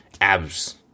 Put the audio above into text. abs